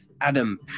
Adam